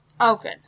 Okay